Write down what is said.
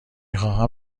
خواهم